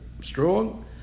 strong